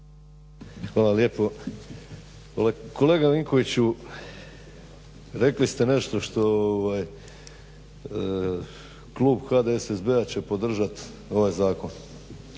Hvala lijepo. Kolega Vinkoviću rekli ste nešto što klub HDSSB-a će podržati ovaj zakon.